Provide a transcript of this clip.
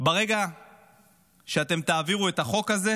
ברגע שתעבירו את החוק הזה,